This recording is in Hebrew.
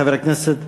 חבר הכנסת